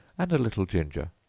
and a little ginger,